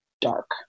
dark